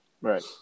Right